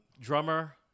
drummer